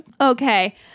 Okay